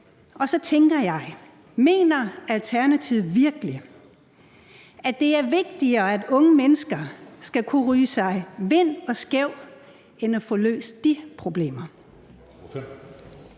og så tænker jeg: Mener Alternativet virkelig, at det er vigtigere, at unge mennesker skal kunne ryge sig vinde og skæve, end at få løst de problemer?